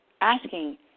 asking